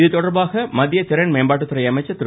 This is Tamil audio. இதுதொடர்பாக மத்திய திறன் மேம்பாட்டுத்துறை அமைச்சர் திரு